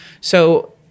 So-